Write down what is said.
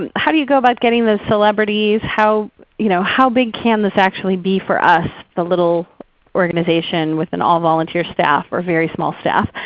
and how do you go about getting those celebrities? how you know how big can this actually be for us, the little organization with an all-volunteer staff or very small staff?